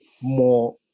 more